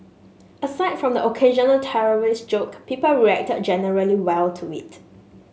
aside from the occasional terrorist joke people reacted generally well to it